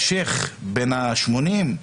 השייח' בן ה-80,